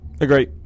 Agree